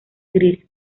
gris